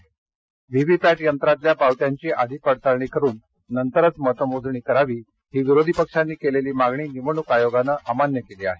दरम्यान व्हीव्हीपॅट यंत्रांतल्या पावत्यांची आधी पडताळणी करून नंतरच मतमोजणी करावी ही विरोधी पक्षांनी केलेली मागणी निवडणूक आयोगानं अमान्य केली आहे